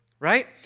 Right